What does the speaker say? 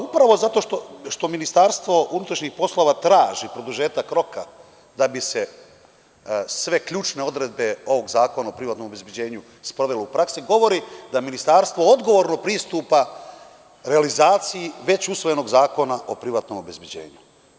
Upravo zato što MUP traži produžetak roka da bi se sve ključne odredbe ovog Zakona o privatnom obezbeđenju sprovele u praksi govori da ministarstvo odgovorno pristupa realizaciji već usvojenog Zakona o privatnom obezbeđenju.